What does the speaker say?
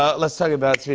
ah let's talk about,